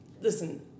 listen